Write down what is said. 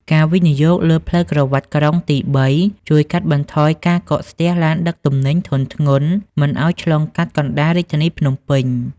ការវិនិយោគលើផ្លូវក្រវាត់ក្រុងទី៣ ជួយកាត់បន្ថយការកកស្ទះឡានដឹកទំនិញធុនធ្ងន់មិនឱ្យឆ្លងកាត់កណ្ដាលរាជធានីភ្នំពេញ។